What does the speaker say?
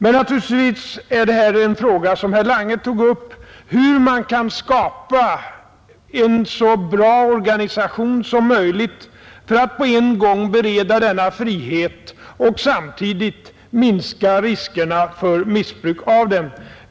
Men naturligtvis är detta, som herr Lange nämnde, en fråga om hur man kan skapa en så bra organisation som möjligt för att på en gång bereda denna frihet och samtidigt minska riskerna för missbruk av den.